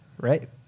Right